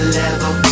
level